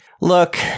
look